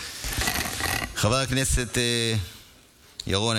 חבר הכנסת ירון,